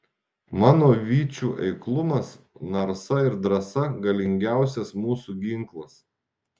mano vyčių eiklumas narsa ir drąsa galingiausias mūsų ginklas